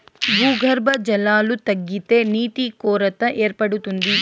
భూగర్భ జలాలు తగ్గితే నీటి కొరత ఏర్పడుతుంది